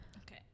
Okay